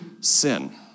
sin